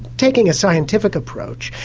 taking a scientific approach,